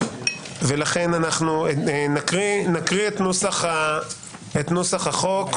אנחנו נקריא את נוסח החוק,